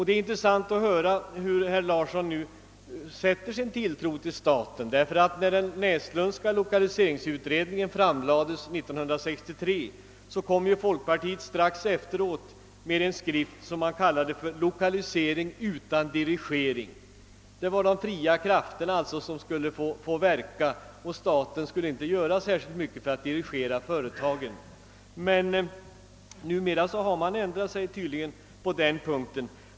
Det är intressant att höra att herr Larsson i Umeå nu sätter sin tilltro till staten. Strax efter det att den Näslundska lokaliseringsutredningen 1963 hade framlagt sitt betänkande gav folkpartiet ut en skrift som man kallade »Lokalisering utan dirigering». De fria krafterna skulle alltså få verka och staten skulle inte göra särskilt mycket för att dirigera företagen. Numera har man tydligen ändrat sig på den punkten.